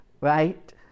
right